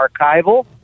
archival